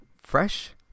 fresh